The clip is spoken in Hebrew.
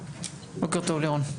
בוקר טוב, לירון.